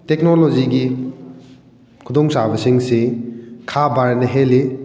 ꯇꯦꯛꯅꯣꯂꯣꯖꯤꯒꯤ ꯈꯨꯗꯣꯡ ꯆꯥꯕꯁꯤꯡꯁꯤ ꯈꯥ ꯚꯥꯔꯠꯅ ꯍꯦꯜꯂꯤ